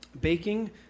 Baking